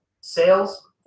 sales